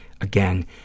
Again